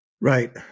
Right